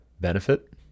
benefit